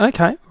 Okay